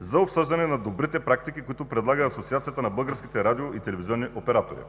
за обсъждане на добрите практики, които предлага Асоциацията на българските радио и телевизионни оператори.